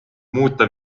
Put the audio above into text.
muuta